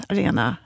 Arena